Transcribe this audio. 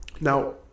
Now